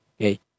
Okay